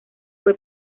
fue